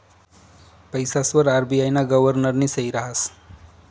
पैसासवर आर.बी.आय ना गव्हर्नरनी सही रहास